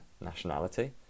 nationality